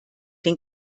den